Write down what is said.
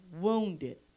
wounded